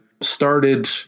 started